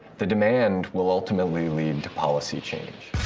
the demand will ultimately lead to policy change.